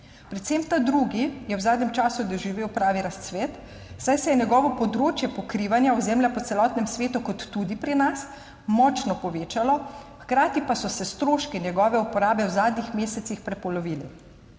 Predvsem ta drugi je v zadnjem času doživel pravi razcvet, saj se je njegovo področje pokrivanja ozemlja po celotnem svetu kot tudi pri nas močno povečalo, hkrati pa so se stroški njegove uporabe v zadnjih mesecih prepolovili.